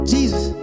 Jesus